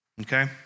Okay